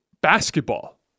basketball